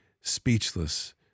speechless